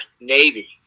Navy